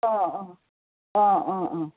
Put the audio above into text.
अँ अँ अँ अँ अँ